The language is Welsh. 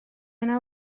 yna